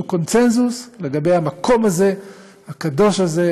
הוא קונסנזוס לגבי המקום הקדוש הזה,